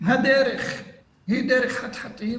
הדרך היא דרך חתחתים,